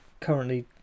currently